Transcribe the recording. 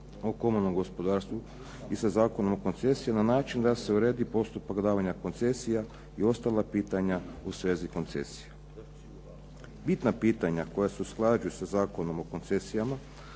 o komunalnom gospodarstvu i sa Zakonom o koncesijama na način da se uredi postupak davanja koncesija i ostala pitanja u svezi koncesija. Bitna pitanja koja se usklađuju sa Zakonom o koncesijama